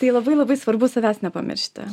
tai labai labai svarbu savęs nepamiršti